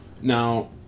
Now